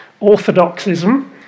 Orthodoxism